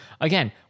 again